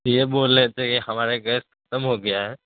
یہ بول رہے تھے کہ ہمارا گیس ختم ہو گیا ہے